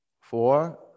four